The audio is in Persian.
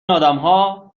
آدمها